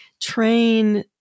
train